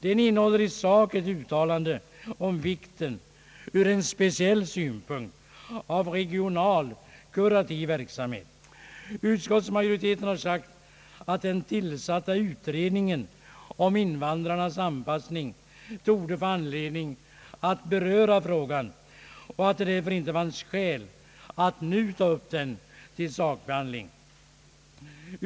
Den innehåller i sak ett uttalande om vikten — ur en speciell synpunkt — av regional kurativ verksamhet. Utskottsmajoriteten har sagt att den tillsatta utredningen om invandrarnas anpassning torde få anledning att beröra frågan, och att det därför inte fanns skäl att nu ta upp den till sakbehandling.